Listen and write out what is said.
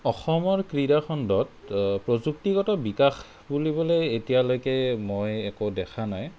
অসমৰ ক্ৰীড়া খণ্ডত প্ৰযুক্তিগত বিকাশ বুলিবলৈ এতিয়ালৈকে মই একো দেখা নাই